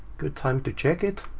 good time to check it.